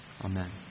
Amen